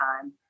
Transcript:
time